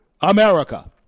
America